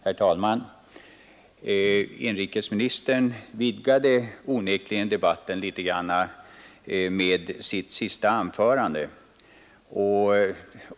Herr talman! Inrikesministern vidgade onekligen debatten litet grand med sitt senaste anförande.